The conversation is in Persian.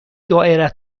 دائره